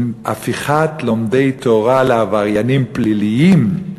עם הפיכת לומדי תורה לעבריינים פליליים,